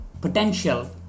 potential